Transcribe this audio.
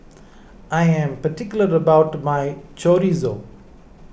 I am particular about my Chorizo